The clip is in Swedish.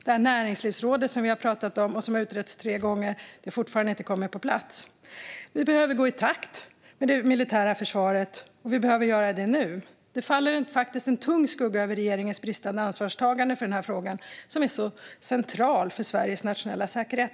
Det näringslivsråd som vi har pratat om och som har utretts tre gånger har fortfarande inte kommit på plats. Vi behöver gå i takt med det militära försvaret, och vi behöver göra det nu. Det faller faktiskt en tung skugga över regeringens bristande ansvarstagande för denna fråga som är så central för Sveriges nationella säkerhet.